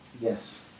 Yes